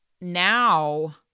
now